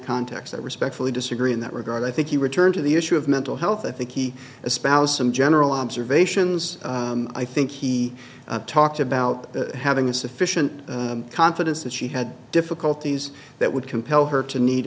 context i respectfully disagree in that regard i think he returned to the issue of mental health i think he espoused some general observations i think he talked about having a sufficient confidence that she had difficulties that would compel her to need